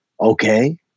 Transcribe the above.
Okay